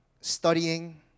studying